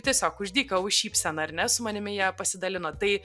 tiesiog už dyką už šypseną ar ne su manimi jie pasidalino tai